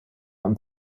und